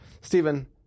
Stephen